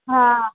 हा